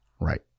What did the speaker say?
right